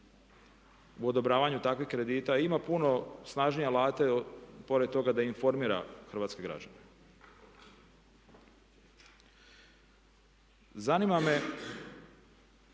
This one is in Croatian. u odobravanju takvih kredita. Ima puno snažnije alate pored toga da informira hrvatske građane. Zanima me